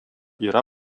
yra